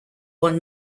one